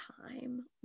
time